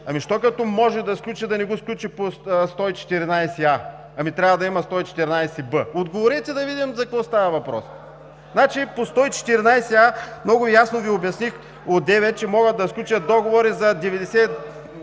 Ами защо като може да сключи, да не го сключи по 114а, а трябва да има 114б? Отговорете, да видим за какво става въпрос. Значи по 114а много ясно Ви обясних одеве, че могат да сключат договори за 90